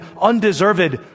undeserved